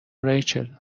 ریچل